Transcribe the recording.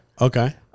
Okay